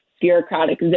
bureaucratic